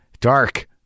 Dark